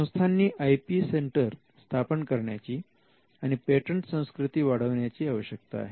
संस्थांनी IP center स्थापन करण्याची आणि पेटंट संस्कृती वाढविण्याची आवश्यकता आहे